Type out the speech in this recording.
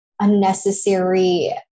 unnecessary